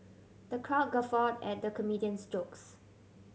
the crowd guffaw at the comedian's jokes